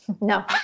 No